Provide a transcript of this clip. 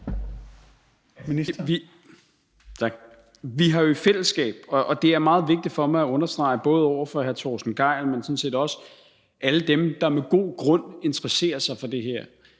Vi har jo i fællesskab – og det er meget vigtigt for mig at understrege, både over for hr. Torsten Gejl, men sådan set også over for alle dem, der med god grund interesserer sig for det her